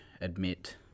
admit